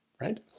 right